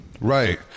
Right